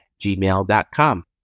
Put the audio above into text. gmail.com